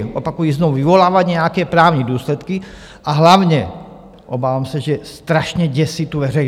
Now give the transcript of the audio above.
Opakuji znovu, vyvolává nějaké právní důsledky, a hlavně, obávám se, že strašně děsí veřejnost.